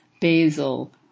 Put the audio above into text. basil